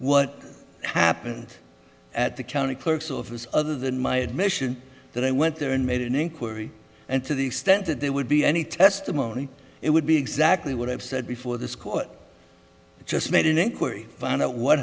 what happened at the county clerk's office other than my admission that i went there and made an inquiry and to the extent that there would be any testimony it would be exactly what i've said before this court i just made an inquiry find out what